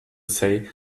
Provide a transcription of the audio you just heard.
say